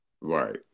Right